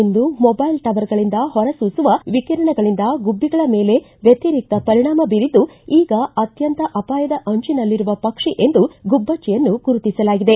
ಇಂದು ಮೊದ್ವೆಲ್ ಟವರ್ಗಳಿಂದ ಹೊರಸೂಸುವ ವಿಕಿರಣಗಳಿಂದ ಗುಬ್ಬಿಗಳ ಮೇಲೆ ವ್ಯತಿರಿಕ್ತ ಪರಿಣಾಮ ಬೀರಿದ್ದು ಈಗ ಅತ್ಯಂತ ಅಪಾಯದ ಅಂಚಿನಲ್ಲಿರುವ ಪಕ್ಷಿ ಎಂದು ಗುಬ್ಬಚ್ದಿಯನ್ನು ಗುರುತಿಸಲಾಗಿದೆ